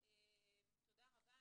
תודה רבה.